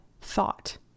thought